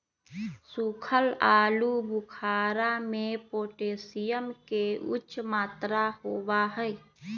सुखल आलू बुखारा में पोटेशियम के उच्च मात्रा होबा हई